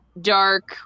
dark